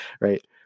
Right